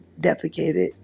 defecated